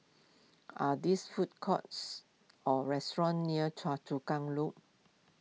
are there food courts or restaurants near Choa Chu Kang Loop